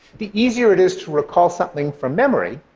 the easier it is to recall something from memory,